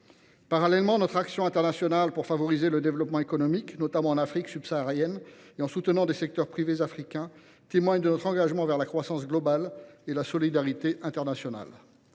Parallèlement, notre action internationale visant à favoriser le développement économique, notamment en Afrique subsaharienne, par le soutien des secteurs privés africains, témoigne de notre engagement en faveur de la croissance globale et de la solidarité internationale.